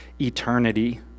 eternity